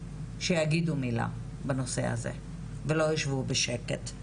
שיגידו מילה בנושא הזה ולא ישבו בשקט.